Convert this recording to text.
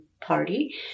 party